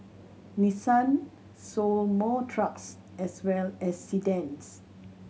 Nissan sold more trucks as well as sedans